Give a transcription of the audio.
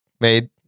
made